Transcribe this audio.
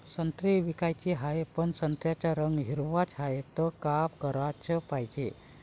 संत्रे विकाचे हाये, पन संत्र्याचा रंग हिरवाच हाये, त का कराच पायजे?